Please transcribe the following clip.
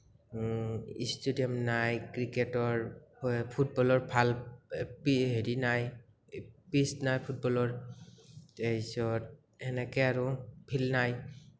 stadium নাই cricket ফুটবলৰ ভাল পি হেৰি নাই পিচ নাই ফুটবলৰ তেৰছত সেনেকে আৰু ফিল্ড নাই